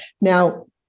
Now